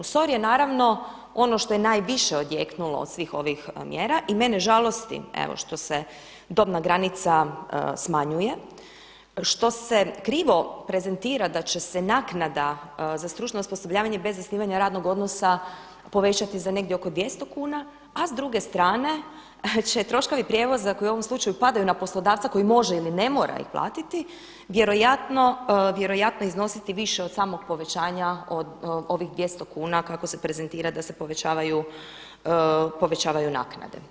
SOR je naravno ono što je najviše odjeknulo od svih ovih mjera i mene žalosti evo što se dobna granica smanjuje, što se krivo prezentira da će se naknada za stručno osposobljavanje bez zasnivanja radnog odnosa povećati za negdje oko 200 kuna, a s druge strane će troškovi prijevoza koji u ovom slučaju padaju na poslodavca koji može ili ne mora ih platiti vjerojatno iznositi više od samog povećanja od ovih 200 kuna kako se prezentira kako se povećavaju naknade.